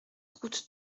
route